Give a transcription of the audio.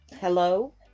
Hello